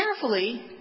carefully